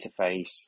interface